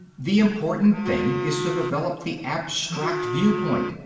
the important thing is to develop the abstract viewpoint,